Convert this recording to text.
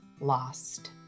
lost